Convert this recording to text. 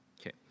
Okay